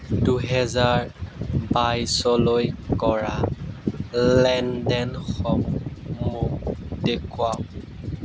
দুহেজাৰ বাইছলৈ কৰা লেনদেনসমূহ মোক দেখুৱাওক